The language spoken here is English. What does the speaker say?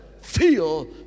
feel